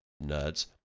nuts